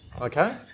Okay